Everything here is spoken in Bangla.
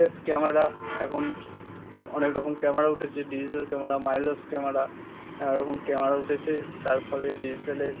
স্রেফ ক্যামেরা একন অনেক রকম ক্যামেরা উঠেছে ডিজিটাল ক্যামেরা মাইলোস ক্যামেরা নানা রকম ক্যামেরা উঠেছে তার ফলে ডিজিটালে